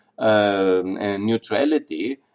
neutrality